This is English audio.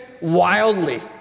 wildly